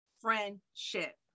friendship